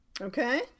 okay